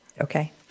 Okay